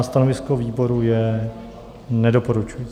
Stanovisko výboru je nedoporučující.